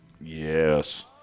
Yes